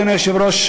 אדוני היושב-ראש,